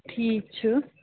ٹھیٖک چھُ